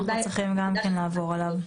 אנחנו צריכים לעבור עליו.